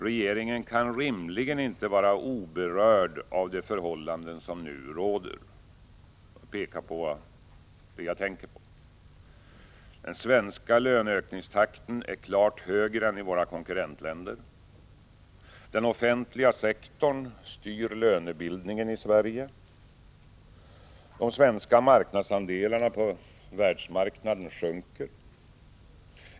Regeringen kan rimligen inte vara oberörd av de förhållanden som nu råder. Den svenska löneökningstakten är klart högre än i våra konkurrentländer. Den offentliga sektorn styr lönebildningen i Sverige. De svenska marknadsandelarna på världsmarknaden sjunker.